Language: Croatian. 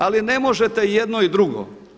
Ali ne možete jedno i drugo.